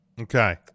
Okay